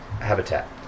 habitat